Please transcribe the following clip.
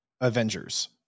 Avengers